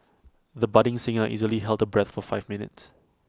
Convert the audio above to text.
the budding singer easily held her breath for five minutes